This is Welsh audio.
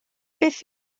beth